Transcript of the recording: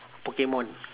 pokemon